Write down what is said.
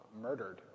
murdered